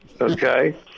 Okay